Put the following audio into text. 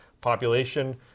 population